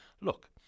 Look